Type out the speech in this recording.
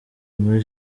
muri